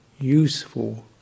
useful